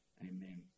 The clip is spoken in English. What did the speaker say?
amen